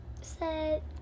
set